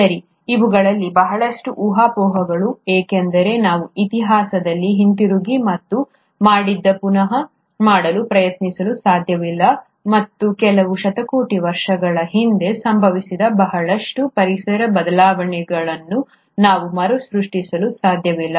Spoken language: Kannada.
ಸರಿ ಇವುಗಳಲ್ಲಿ ಬಹಳಷ್ಟು ಊಹಾಪೋಹಗಳು ಏಕೆಂದರೆ ನಾವು ಇತಿಹಾಸದಲ್ಲಿ ಹಿಂತಿರುಗಿ ಮತ್ತು ಮಾಡಿದ್ದನ್ನು ಪುನಃ ಮಾಡಲು ಪ್ರಯತ್ನಿಸಲು ಸಾಧ್ಯವಿಲ್ಲ ಮತ್ತು ಕೆಲವು ಶತಕೋಟಿ ವರ್ಷಗಳ ಹಿಂದೆ ಸಂಭವಿಸಿದ ಬಹಳಷ್ಟು ಪರಿಸರ ಬದಲಾವಣೆಗಳನ್ನು ನಾವು ಮರುಸೃಷ್ಟಿಸಲು ಸಾಧ್ಯವಿಲ್ಲ